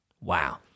Wow